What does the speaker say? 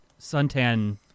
suntan